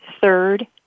third